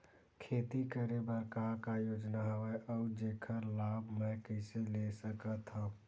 खेती करे बर का का योजना हवय अउ जेखर लाभ मैं कइसे ले सकत हव?